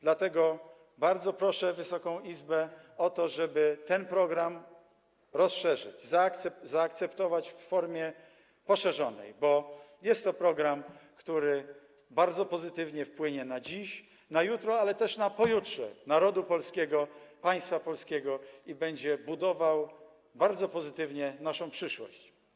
Dlatego bardzo proszę Wysoką Izbę o to, żeby ten program rozszerzyć, zaakceptować w formie poszerzonej, bo jest to program, który bardzo pozytywnie wpłynie na dziś, na jutro, ale też na pojutrze narodu polskiego, państwa polskiego i będzie budował bardzo pozytywnie naszą przyszłość.